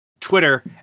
Twitter